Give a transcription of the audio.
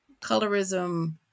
colorism